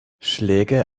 schläge